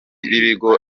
b’ibigo